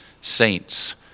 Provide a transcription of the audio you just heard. saints